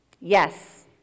Yes